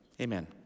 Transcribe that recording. Amen